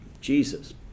Jesus